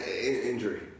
injury